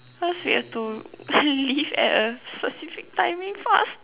cause we have to leave at a specific timing faster